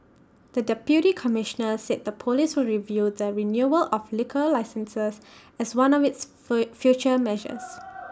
the deputy Commissioner said the Police will review the renewal of liquor licences as one of its future measures